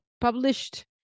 published